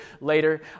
later